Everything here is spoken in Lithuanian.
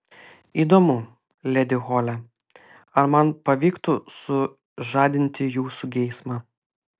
įdomu ledi hole ar man pavyktų sužadinti jūsų geismą